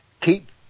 Keep